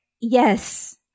Yes